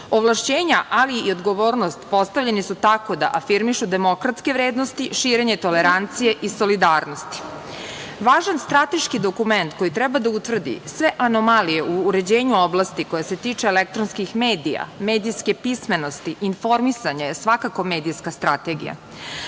medija. Ovlašćenja, ali i odgovornost postavljeni su tako da afirmišu demokratske vrednosti, širenje tolerancije i solidarnosti. Važan strateški dokument koji treba da utvrdi sve anomalije u uređenju oblasti koja se tiče elektronskih medija, medijske pismenosti, informisanja je svakako medijska strategija. Na